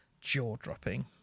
jaw-dropping